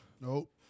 Nope